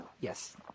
Yes